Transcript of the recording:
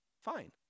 fine